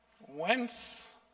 Whence